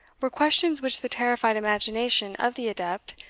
were questions which the terrified imagination of the adept,